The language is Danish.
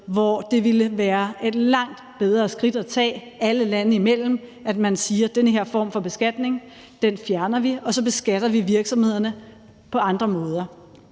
hvor det ville være et langt bedre skridt at tage, at man alle landene imellem sagde: Den her form for beskatning fjerner vi, og så beskatter vi virksomhederne på andre måder.